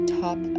top